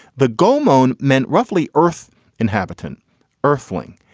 the goldman meant roughly earth inhabitant earthling.